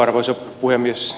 arvoisa puhemies